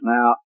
Now